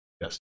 Yes